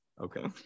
Okay